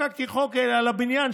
חוקקתי חוק על הבניין,